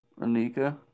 Anika